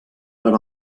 per